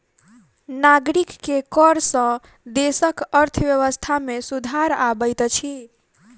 नागरिक के कर सॅ देसक अर्थव्यवस्था में सुधार अबैत अछि